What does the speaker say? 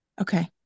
Okay